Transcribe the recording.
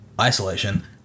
Isolation